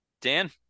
Dan